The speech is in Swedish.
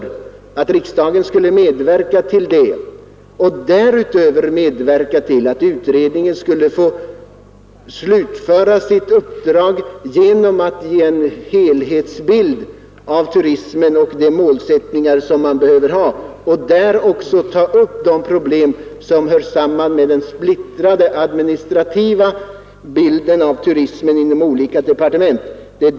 Vi har ansett det angeläget att riksdagen skulle medverka till sådana kontakter och därutöver medverka till att utredningen skulle få slutföra sitt uppdrag genom att ge en helhetsbild av turismen och de målsättningar som man behöver och där också ta upp de problem som hör samman med den splittrade administrativa bilden av turismen inom olika departement.